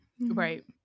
right